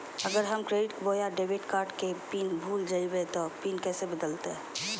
अगर हम क्रेडिट बोया डेबिट कॉर्ड के पिन भूल जइबे तो पिन कैसे बदलते?